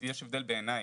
בעיניי,